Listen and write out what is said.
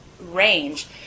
range